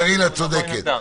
אבל נבוא עם עמדה.